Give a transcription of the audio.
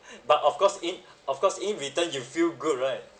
but of course in of course in return you feel good right